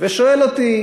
ושואל אותי: